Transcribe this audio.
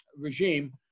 regime